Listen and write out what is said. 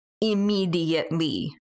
immediately